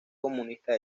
comunista